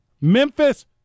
Memphis